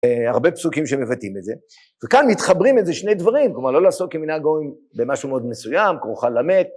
הרבה פסוקים שמבטאים בזה, וכאן מתחברים איזה שני דברים, כלומר לא לעסוק עם מנהג וים במשהו מאוד מסוים, כרוכה למת.